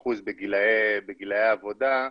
ש-50% בגילאי העבודה,